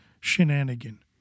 shenanigan